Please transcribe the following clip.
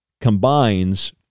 combines